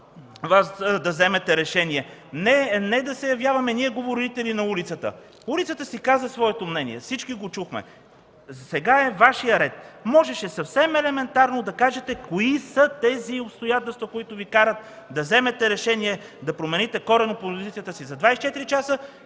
да вземете решение. Не да се явяваме ние говорители на улицата. Улицата си каза своето мнение, всички го чухме. Сега е Вашия ред. Можеше съвсем елементарно да кажете кои са тези обстоятелства, които Ви карат да вземете решение да промените коренно позицията си за 24 часа